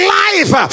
life